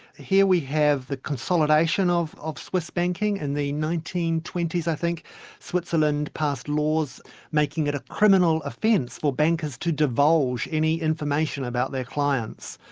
here we have the consolidation of of swiss banking in and the nineteen twenty s i think switzerland passed laws making it a criminal offence for bankers to divulge any information about their clients.